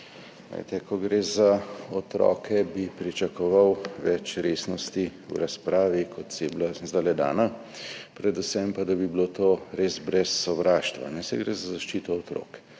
Ko gre za otroke, bi pričakoval več resnosti v razpravi, kot je je bilo zdajle dano, predvsem pa, da bi bilo to res brez sovraštva, saj gre za zaščito otrok.